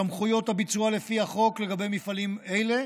סמכויות הביצוע לפי החוק לגבי מפעלים אלה